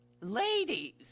Ladies